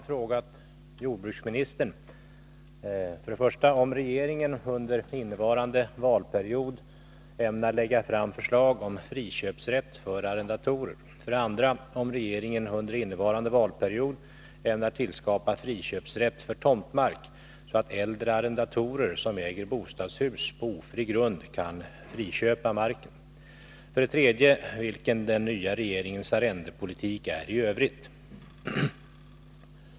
Fru talman! Jörn Svensson har frågat jordbruksministern 3. vilken den nya regeringens arrendepolitik är i övrigt.